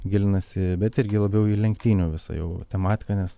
gilinasi bet irgi labiau į lenktynių visą jau tematiką nes